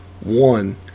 one